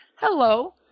Hello